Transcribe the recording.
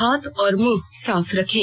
हाथ और मुंह साफ रखें